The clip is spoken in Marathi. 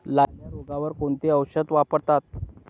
लाल्या रोगावर कोणते औषध वापरतात?